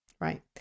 right